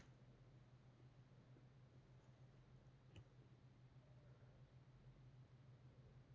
ಸ್ವತ್ತುಗಳನ್ನ ನಿರ್ಮಿಸಲು ಅಥವಾ ಖರೇದಿಸಲು ರೊಕ್ಕಾ ಎರವಲು ಪಡೆಯುವ ವೆಚ್ಚ, ಬಡ್ಡಿ ಮತ್ತು ಇತರ ಗಳಿಗೆ ಶುಲ್ಕಗಳು